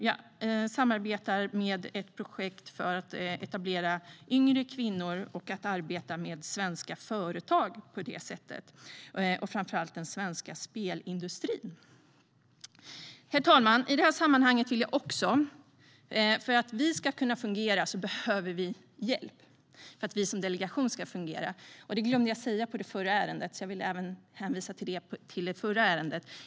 Vi samarbetar med ett projekt för att etablera yngre kvinnor att arbeta med svenska företag på detta sätt. Det handlar framför allt om den svenska spelindustrin. Herr talman! I sammanhanget vill jag framhålla att för att vi som delegation ska kunna fungera behöver vi hjälp. Jag glömde att säga detta i det förra ärendet, så jag vill även hänvisa till det.